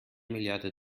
milliarde